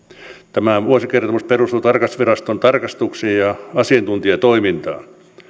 tämä vuosikertomus perustuu tarkastusviraston tarkastuksiin ja ja asiantuntijatoimintaan